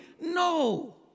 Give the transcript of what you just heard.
No